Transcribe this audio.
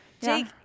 jake